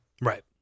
Right